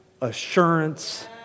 assurance